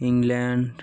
England